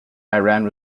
iran